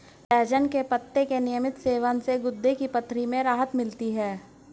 सहजन के पत्ते के नियमित सेवन से गुर्दे की पथरी में राहत मिलती है